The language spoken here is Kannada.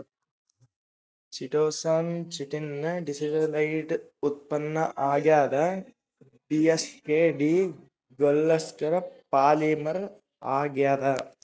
ಚಿಟೋಸಾನ್ ಚಿಟಿನ್ ನ ಡೀಸಿಟೈಲೇಟೆಡ್ ಉತ್ಪನ್ನ ಆಗ್ಯದ ಡಿಯೋಕ್ಸಿ ಡಿ ಗ್ಲೂಕೋಸ್ನ ಪಾಲಿಮರ್ ಆಗ್ಯಾದ